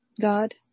God